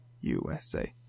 USA